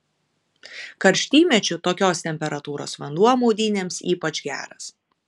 karštymečiu tokios temperatūros vanduo maudynėms ypač geras